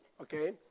Okay